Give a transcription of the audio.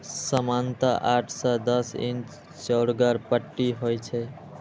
सामान्यतः आठ सं दस इंच चौड़गर पट्टी होइ छै